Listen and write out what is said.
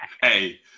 Hey